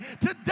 Today